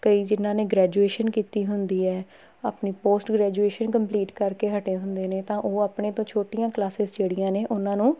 ਕਈ ਜਿਨ੍ਹਾਂ ਨੇ ਗ੍ਰੈਜੂਏਸ਼ਨ ਕੀਤੀ ਹੁੰਦੀ ਹੈ ਆਪਣੀ ਪੋਸਟ ਗ੍ਰੈਜੂਏਸ਼ਨ ਕੰਪਲੀਟ ਕਰਕੇ ਹਟੇ ਹੁੰਦੇ ਨੇ ਤਾਂ ਉਹ ਆਪਣੇ ਤੋਂ ਛੋਟੀਆਂ ਕਲਾਸਿਸ ਜਿਹੜੀਆਂ ਨੇ ਉਹਨਾਂ ਨੂੰ